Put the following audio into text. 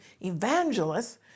evangelists